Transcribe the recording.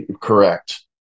correct